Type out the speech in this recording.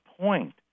point